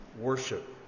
worship